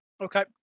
Okay